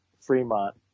fremont